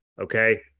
okay